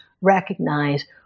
recognize